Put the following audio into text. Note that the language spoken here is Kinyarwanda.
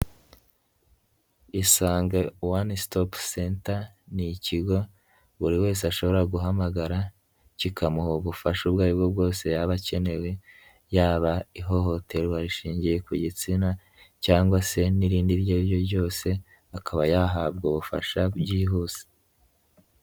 Isange one stop center ni ikigo buri wese ashobora guhamagara kikamuha ubufasha ubwo ari bwo bwose yaba akeneye, yaba ihohoterwa rishingiye ku gitsina cyangwa se n'irindi iryo ari ryo ryose akaba yahabwa ubufasha byihuse.